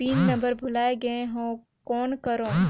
Pin number भुला गयें हो कौन करव?